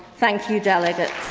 thank you, delegates.